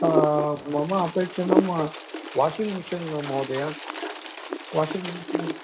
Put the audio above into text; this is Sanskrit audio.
मम अपेक्षितं वाशिङ्ग् मिशीन् महोदय वाशिङ्ग् म्